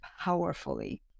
powerfully